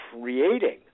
creating